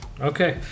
Okay